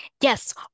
Yes